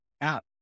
app